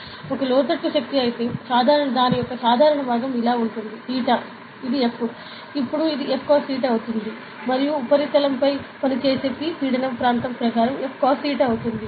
ఇది ఒక లోతట్టు శక్తి అయితే సాధారణ భాగం ఇలా ఉంటుంది θ ఇది F అప్పుడు ఇది F cos be అవుతుంది ఆపై ఉపరితలంపై పనిచేసే P పీడనం ప్రాంతం ప్రకారం F cos be అవుతుంది